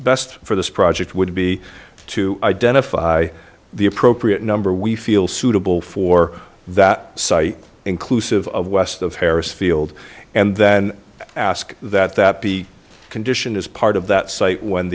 best for this project would be to identify the appropriate number we feel suitable for that site inclusive of west of harris field and then ask that that be condition as part of that site when